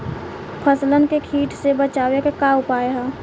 फसलन के कीट से बचावे क का उपाय है?